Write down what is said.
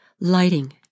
lighting